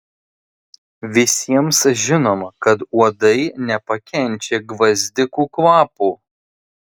visiems žinoma kad uodai nepakenčia gvazdikų kvapo